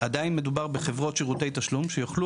עדיין מדובר בחברות שירותי תשלום שיוכלו